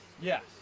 Yes